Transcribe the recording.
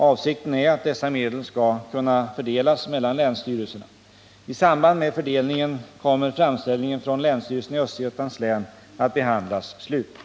Avsikten är att dessa medel skall kunna fördelas mellan länsstyrelserna. I samband med fördelningen kommer framställningen från länsstyrelsen i Östergötlands län att behandlas slutligt.